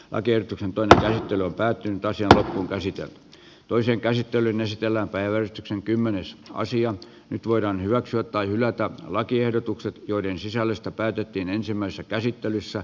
agentit on nähty jo päätynyt asia on käsitelty toisen käsittelyn esitellä päällystyksen kymmenessä nyt voidaan hyväksyä tai hylätä lakiehdotukset joiden sisällöstä päätettiin ensimmäisessä käsittelyssä